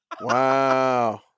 Wow